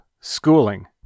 schooling